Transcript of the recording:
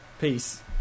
Peace